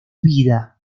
vida